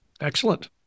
excellent